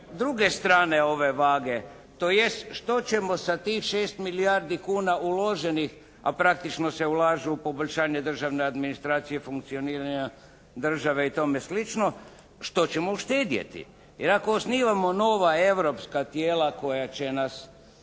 druge strane ove vage tj. što ćemo sa tih 6 milijardi kuna uloženih a praktično se ulaže u poboljšanje državne administracije, funkcioniranja države i tome slično. Što ćemo uštedjeti? Jer ako osnivamo nova europska tijela koja će nas